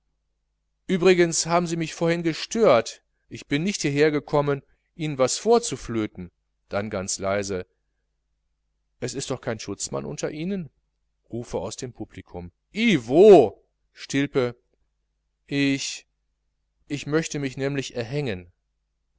übrigens haben sie mich vorhin gestört ich bin nicht hier hergekommen ihnen was vorzuflöten dann ganz leise es ist doch kein schutzmann unter ihnen rufe aus dem publikum ih wo stilpe ich ich möchte mich nämlich erhängen